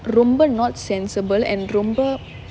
ரொம்ப:romba not sensible and ரொம்ப:romba